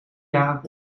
jaar